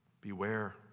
Beware